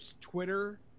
Twitter